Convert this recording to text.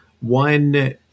One